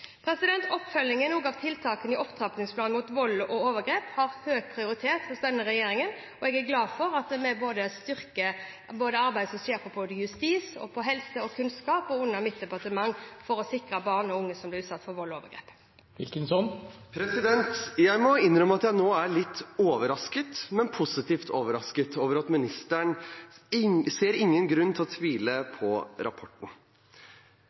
Oppfølgingen av tiltakene i opptrappingsplanen mot vold og overgrep har høy prioritet hos denne regjeringen, og jeg er glad for at vi styrker arbeidet som skjer både på justis-, helse- og kunnskapsfeltet og i mitt departement, for å sikre barn og unge som blir utsatt for vold og overgrep. Jeg må innrømme at jeg nå er litt overrasket, men positivt overrasket, over at statsråden ikke ser noen grunn til å tvile på rapporten. I regjeringens budsjett er det jo tydelig at dette likevel ikke følges opp, for i rapporten